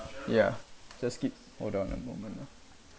ya just keep hold on a moment ah